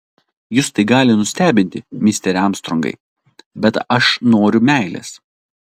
jus tai gali nustebinti misteri armstrongai bet aš noriu meilės